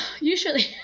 Usually